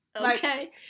Okay